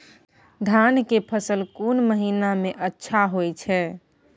धान के फसल कोन महिना में अच्छा होय छै?